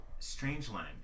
Strangeline